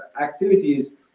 activities